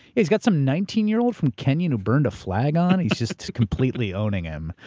he's got some nineteen year old from kenya who burned a flag on. he's just completely owning him.